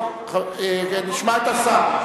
טוב, נשמע את השר.